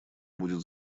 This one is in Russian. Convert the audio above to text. будет